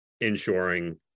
ensuring